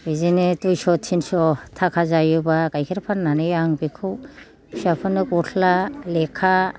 बिदिनो दुइस' थिनस' थाखा जायोब्ला गायखेर फाननानै आं बेखौ फिसाफोरनो गस्ला लेखा